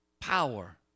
power